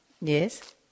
Yes